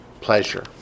pleasure